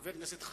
חבר כנסת חדש,